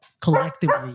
collectively